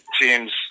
team's